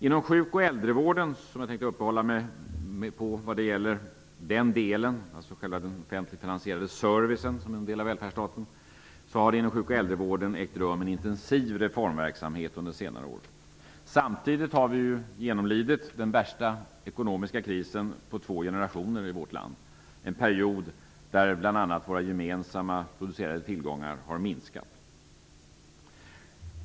Inom sjuk och äldrevården, som jag tänkte uppehålla mig vid vad gäller själva den offentligfinansierade servicen som en del av välfärdsstaten, har det ägt rum en intensiv reformverksamhet under senare år. Samtidigt har vi genomlidit den värsta ekonomiska krisen på två generationer i vårt land, en period där bl.a. våra gemensamma producerade tillgångar har minskat.